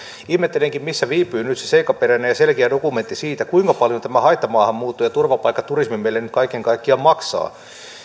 ihmettelenkin missä viipyy nyt se seikkaperäinen ja selkeä dokumentti siitä kuinka paljon tämä haittamaahanmuutto ja turvapaikkaturismi meille nyt kaiken kaikkiaan maksaa